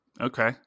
Okay